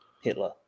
Hitler